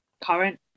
current